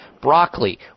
Broccoli